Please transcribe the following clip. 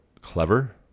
clever